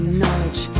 knowledge